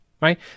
right